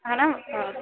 ਹੈ ਨਾ ਹਾਂ